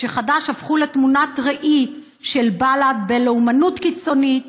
כשחד"ש הפכו לתמונת ראי של בל"ד בלאומנות קיצונית,